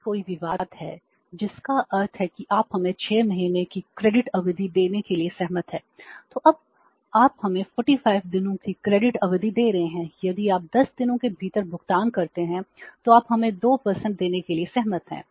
यदि कोई विवाद है जिसका अर्थ है कि आप हमें 6 महीने की क्रेडिट अवधि दे रहे हैं यदि आप 10 दिनों के भीतर भुगतान करते हैं तो आप हमें 2 देने के लिए सहमत हैं